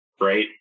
right